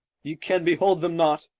ye can behold them not,